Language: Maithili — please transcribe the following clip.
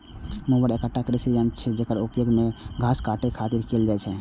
मोवर एकटा कृषि यंत्र छियै, जेकर उपयोग घास काटै खातिर कैल जाइ छै